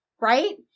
right